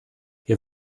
wir